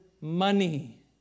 money